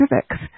civics